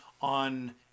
on